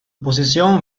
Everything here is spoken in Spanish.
posición